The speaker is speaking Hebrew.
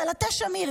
סלטי שמיר,